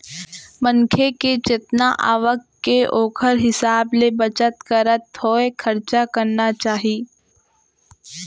मनखे के जतना आवक के ओखर हिसाब ले बचत करत होय खरचा करना चाही